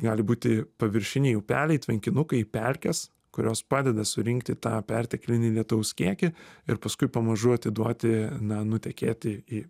gali būti paviršiniai upeliai tvenkinukai pelkes kurios padeda surinkti tą perteklinį lietaus kiekį ir paskui pamažu atiduoti na nutekėti į